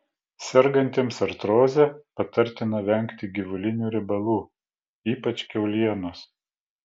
sergantiems artroze patartina vengti gyvulinių riebalų ypač kiaulienos